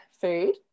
food